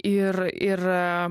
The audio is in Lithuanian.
ir ir